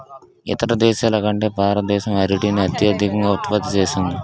ఇతర దేశాల కంటే భారతదేశం అరటిని అత్యధికంగా ఉత్పత్తి చేస్తుంది